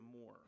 more